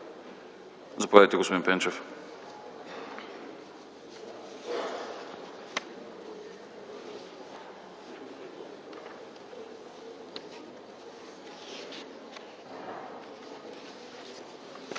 Заповядайте, господин Янев.